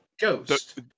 ghost